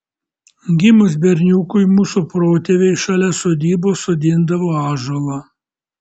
gimus berniukui mūsų protėviai šalia sodybos sodindavo ąžuolą